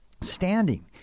Standing